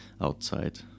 outside